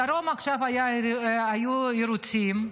בדרום עכשיו היו יירוטים.